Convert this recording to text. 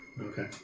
Okay